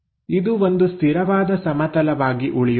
ಇದು ಒಂದು ಸ್ಥಿರವಾದ ಸಮತಲವಾಗಿ ಉಳಿಯುತ್ತದೆ